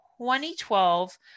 2012